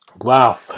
wow